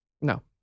No